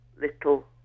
little